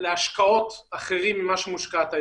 להשקעות אחרות ממה שהיא מושקעת היום?